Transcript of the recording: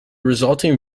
resulting